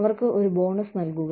അവർക്ക് ഒരു ബോണസ് നൽകുക